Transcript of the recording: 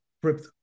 crypto